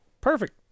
perfect